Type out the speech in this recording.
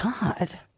God